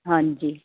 ਹਾਂਜੀ